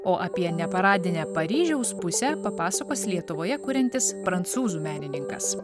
o apie neparadinę paryžiaus pusę papasakos lietuvoje kuriantis prancūzų menininkas